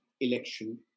election